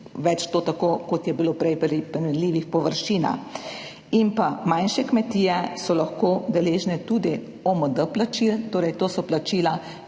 več to tako, kot je bilo prej – v primerljivih površinah. Tudi manjše kmetije so lahko deležne i OMD plačil, torej to so plačila,